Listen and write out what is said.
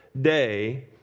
day